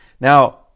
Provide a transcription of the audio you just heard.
Now